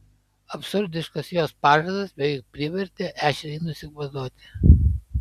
absurdiškas jos pažadas beveik privertė ešerį nusikvatoti